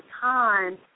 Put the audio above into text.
time